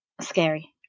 scary